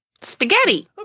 Spaghetti